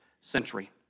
century